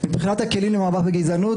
מבחינת הכלים למאבק בגזענות,